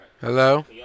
Hello